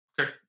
Okay